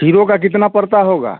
hero का कितना पड़ता होगा